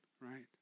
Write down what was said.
right